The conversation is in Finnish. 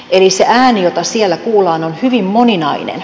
eli se ääni jota siellä kuullaan on hyvin moninainen